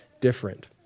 different